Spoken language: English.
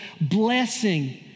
blessing